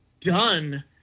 done